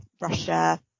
Russia